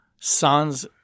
Sans